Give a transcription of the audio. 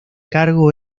cargo